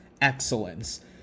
excellence